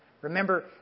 Remember